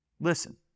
Listen